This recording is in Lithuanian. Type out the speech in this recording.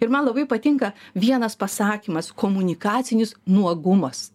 ir man labai patinka vienas pasakymas komunikacinis nuogumas